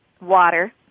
water